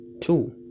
two